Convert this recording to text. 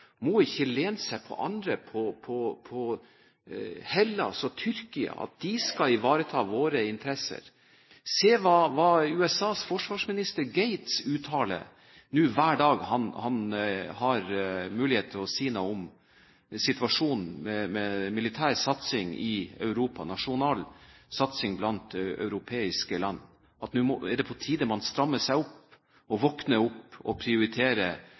må ikke lene seg på andre – på Hellas og Tyrkia – for at de skal ivareta våre interesser. Se hva USAs forsvarsminister Gates uttaler nå hver dag når han har mulighet til å si noe om situasjonen med militær satsing i Europa – nasjonal satsing blant europeiske land – at nå er det på tide at man strammer seg opp, våkner opp, og